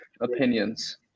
opinions